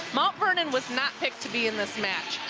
mount vernon was not picked to be in this match,